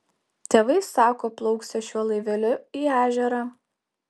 tėvai sako plauksią šiuo laiveliu į ežerą